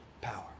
power